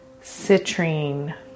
citrine